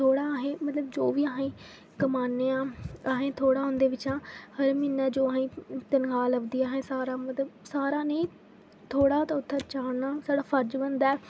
थोह्ड़ा अहे्ं मतलब जो बी अहे्ं कमाने आं अहें थोह्ड़ा उं'दे बिच्चा म्हीना जो अहे्ं ई तन्खाह् लभदी ऐ असें सारा मतलब सारा निं थोह्ड़ा ते उ'त्थें चाढ़ना साढ़ा फर्ज बनदा ऐ